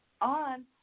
on